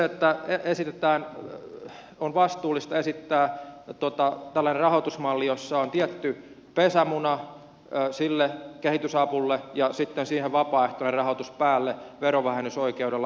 minun mielestäni on vastuullista esittää tällainen rahoitusmalli jossa on tietty pesämuna sille kehitysavulle ja sitten siihen vapaaehtoinen rahoitus päälle verovähennysoikeudella varustettuna